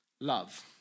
love